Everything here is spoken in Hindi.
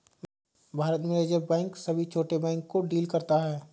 भारत में रिज़र्व बैंक सभी छोटे बैंक को डील करता है